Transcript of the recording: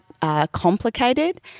Complicated